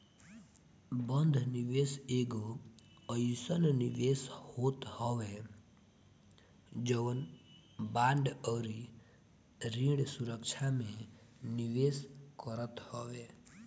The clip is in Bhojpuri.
बंध निवेश एगो अइसन निवेश होत हवे जवन बांड अउरी ऋण सुरक्षा में निवेश करत हवे